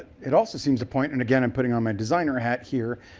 it also seems a point, and again, i'm putting on my designer hat here,